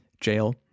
jail